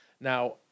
Now